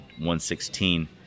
116